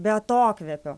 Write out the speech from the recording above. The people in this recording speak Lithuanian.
be atokvėpio